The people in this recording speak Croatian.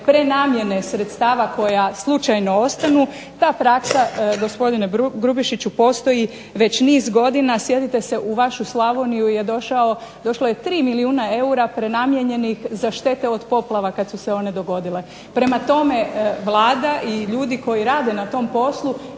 prenamjene sredstava koja slučajno ostaju, ta praksa gospodine Grubišiću postoji već niz godina. Sjetite se u vašu Slavoniju je došlo 3 milijuna eura prenamijenjenih za štete od poplava kada su se one dogodile. Prema tome, Vlada i ljudi koji rade na tom poslu